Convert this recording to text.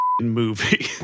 movie